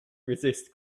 resist